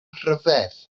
rhyfedd